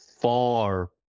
far